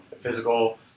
Physical